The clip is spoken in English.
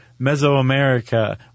Mesoamerica